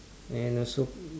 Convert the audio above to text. and also